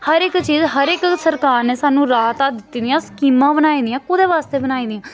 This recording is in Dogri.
हर इक चीज हर इक सरकार ने सानूं राहतां दित्ती दियां स्कीमां बनाई दियां कुदै बास्तै बनाई दियां